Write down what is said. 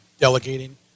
delegating